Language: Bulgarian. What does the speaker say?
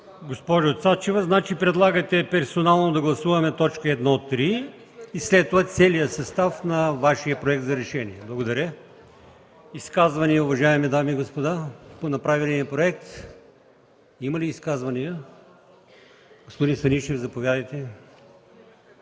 Госпожо Цачева, предлагате персонално да гласуваме т. 1.3, след това целия състав на Вашия Проект за решение. Благодаря. Изказвания, уважаеми дами и господа, по представения проект? Има ли изказвания? Господин Станишев, заповядайте.